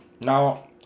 Now